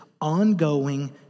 ongoing